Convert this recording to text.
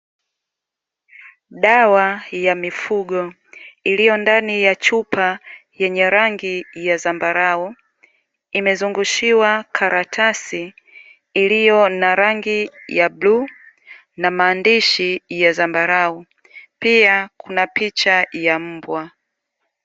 Dawa ya mifugo iliyo ndani ya chupa yenye rangi ya zambarau imezungushiwa karatasi; iliyo na rangi ya bluu na maandishi ya zambarau, pia kuna picha ya mbwa.